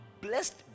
blessed